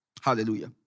Hallelujah